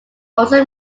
also